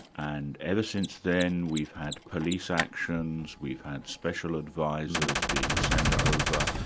and ever since then, we've had police actions, we've had special advisers being sent over,